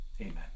amen